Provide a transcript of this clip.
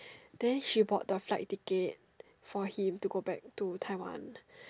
then she bought the flight ticket for him to go back to Taiwan